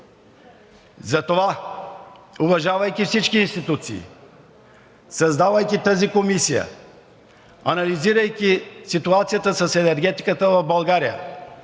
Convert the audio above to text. Затова, уважавайки всички институции, създавайки тази комисия, анализирайки ситуацията с енергетиката в България,